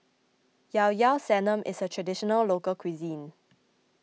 Ilao Ilao Sanum is a Traditional Local Cuisine